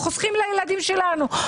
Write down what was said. חוסכים לילדים שלנו.